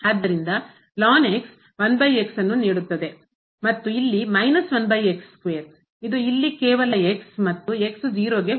ಆದ್ದರಿಂದ ಅನ್ನು ನೀಡುತ್ತದೆ ಮತ್ತು ಇಲ್ಲಿ ಇದು ಇಲ್ಲಿ ಕೇವಲ ಮತ್ತು 0ಗೆ